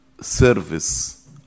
service